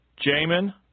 Jamin